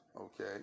Okay